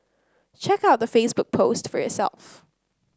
check out the Facebook post for yourself